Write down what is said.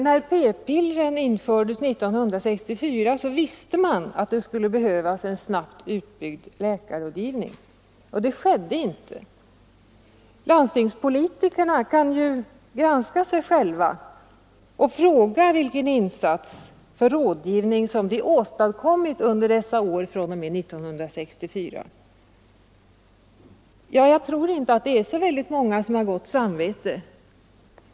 När p-pillren infördes 1964, visste man att läkarrådgivningen skulle behöva utbyggas snabbt. Det skedde inte. Landstingspolitikerna kan ju fråga sig själva vilken insats för rådgivning som de åstadkommit under dessa år från 1964. Jag tror inte att det är så många som har gott samvete.